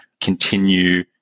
continue